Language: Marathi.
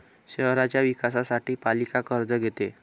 शहराच्या विकासासाठी पालिका कर्ज घेते